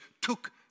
took